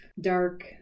dark